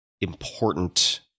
important